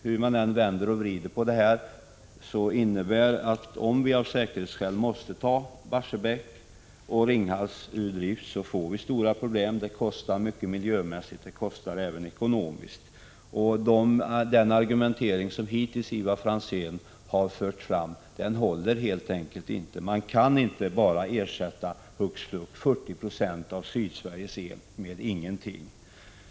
Hur man än vänder och vrider på detta problem visar det sig att vi får stora bekymmer om vi av säkerhetsskäl måste ta Barsebäck och Ringhals ur drift. Det kostar mycket miljömässigt och även ekonomiskt. Den argumentering som Ivar Franzén hittills har fört fram håller inte. Man kan inte bara hux flux ersätta 40 90 av Sydsveriges el med ingenting.